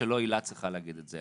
שלא הילה צריכה להגיד את זה,